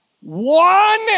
One